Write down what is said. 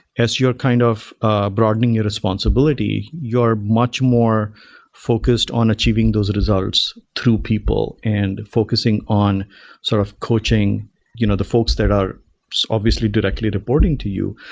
as you're kind of broadening your responsibility, you're much more focused on achieving those results through people and focusing on sort of coaching you know the folks that are obviously directly reporting to you.